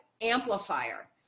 amplifier